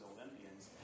Olympians